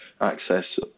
access